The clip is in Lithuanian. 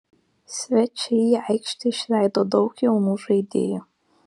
svečiai į aikštę išleido daug jaunų žaidėjų